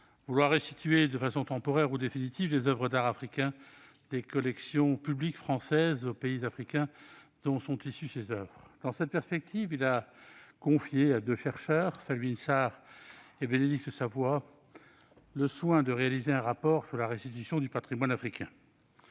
vouloir restituer de façon temporaire ou définitive les oeuvres d'art africain des collections publiques françaises aux pays africains dont sont issues ces oeuvres. Dans cette perspective, il a confié à deux chercheurs, Felwine Sarr et Bénédicte Savoy, le soin de réaliser un rapport sur la restitution du patrimoine africain.